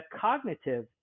cognitive